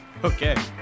Okay